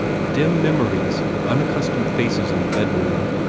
dim memories of unaccustomed faces in the bedroom,